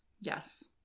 yes